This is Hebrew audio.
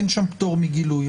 אין שם פטור מגילוי.